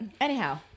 anyhow